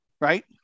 right